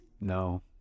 No